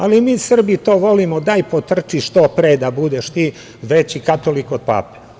Ali, mi Srbi to volimo, daj potrči što pre da budeš ti veći katolik od pape.